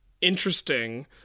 interesting